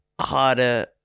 harder